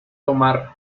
tomar